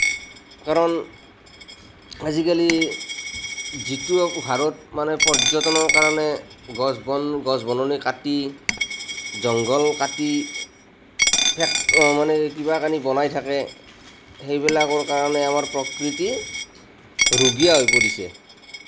কাৰণ আজিকালি যিটো হাৰত মানে পৰ্য্যতনৰ কাৰণে গছ বন গছ বননি কাটি জংঘল কাটি মানে কিবা কানি বনাই থাকে সেইবিলাকৰ কাৰণে আমাৰ প্ৰকৃতি ৰুগীয়া হৈ পৰিছে